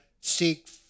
Seek